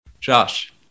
Josh